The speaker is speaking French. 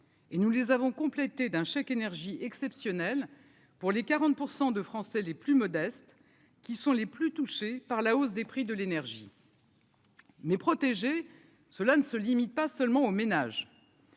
nous les avons complétés d'un chèque énergie exceptionnel pour les 40 % de Français les plus modestes qui sont les plus touchés par la hausse des prix de l'énergie mais protéger, cela ne se limite pas seulement aux ménages.